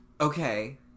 Okay